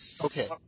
okay